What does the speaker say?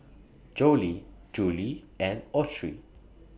Jolie Julie and Autry